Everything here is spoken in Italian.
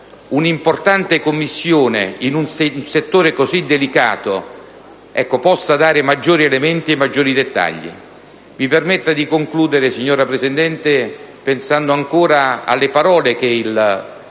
un'importante Commissione in un settore così delicato, possa avere maggiori elementi e maggiori dettagli. Mi permetto di concludere, signora Presidente, pensando ancora alle parole che il Presidente